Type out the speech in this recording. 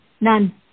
none